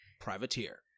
Privateer